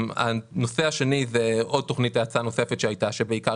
הנושא השני זה עוד תכנית האצה נוספת שהייתה ובעיקר